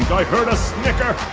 i heard a snicker